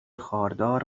خاردار